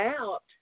out